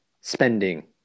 spending